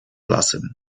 lasem